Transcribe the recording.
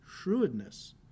shrewdness